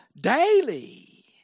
daily